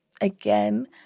again